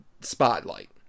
spotlight